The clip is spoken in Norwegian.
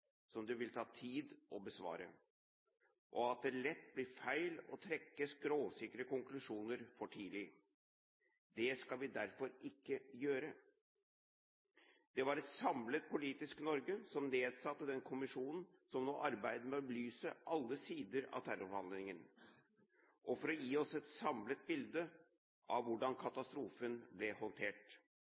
som det vil ta tid å besvare, og det blir lett feil å trekke skråsikre konklusjoner for tidlig. Det skal vi derfor ikke gjøre. Det var et samlet politisk Norge som nedsatte den kommisjonen som nå arbeider med å belyse alle sider av terrorhandlingen for å gi oss et samlet bilde av hvordan katastrofen ble håndtert.